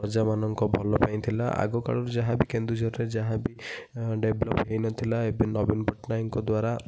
ପ୍ରଜାମାନଙ୍କର ଭଲ ପାଇଁ ଥିଲା ଆଗ କାଳରୁ ଯାହା ବି କେନ୍ଦୁଝରରେ ଯାହା ବି ଡେଭଲପ୍ ହୋଇ ନଥିଲା ଏବେ ନବୀନ ପଟ୍ଟନାୟକଙ୍କ ଦ୍ୱାରା